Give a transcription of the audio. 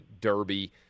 derby